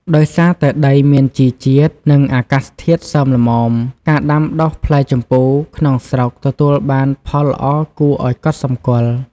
ដោយសារតែដីមានជីជាតិ និងអាកាសធាតុសើមល្មម ការដាំដុះផ្លែជម្ពូក្នុងស្រុកទទួលបានផលល្អគួរឱ្យកត់សម្គាល់។